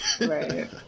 Right